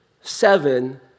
Seven